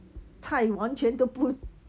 菜完全都不